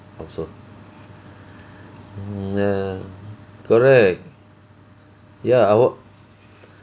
also mm err correct ya our